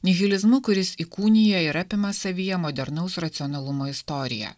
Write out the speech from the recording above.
nihilizmu kuris įkūnija ir apima savyje modernaus racionalumo istoriją